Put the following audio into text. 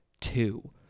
two